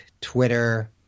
Twitter